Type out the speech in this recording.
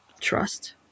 trust